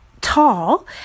tall